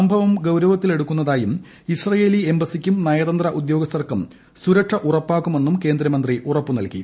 സംഭവം ഗൌരവത്തിലെ ടുക്കുന്നതായും ഇസ്രയേലി എംബസിക്കും നയതന്ത്ര ഉദ്യോഗസ്ഥർക്കും സുരക്ഷ ഉറപ്പാക്കുമെണ്ണൂർ കേന്ദ്രമന്ത്രി ഉറപ്പു നൽകി